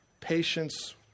Patience